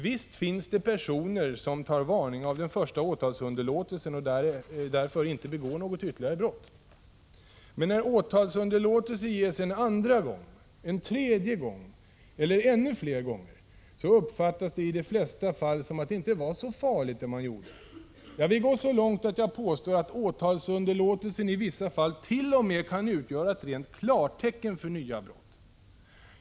Visst finns det personer som tar varning av den första åtalsunderlåtelsen och därför inte begår något ytterligare brott. Men när åtalsunderlåtelse ges en andra gång, en tredje gång eller ännu fler gånger, så uppfattas det i de flesta fall som att det inte var så farligt det man gjorde. Jag vill gå så långt att jag påstår att åtalsunderlåtelsen i vissa fall t.o.m. kan utgöra ett rent klartecken för nya brott.